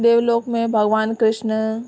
देवलोक में भगवानु कृष्ण